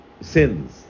sins